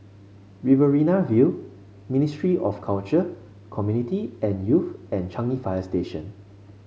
Riverina View Ministry of Culture Community and Youth and Changi Fire Station